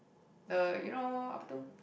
the you know up two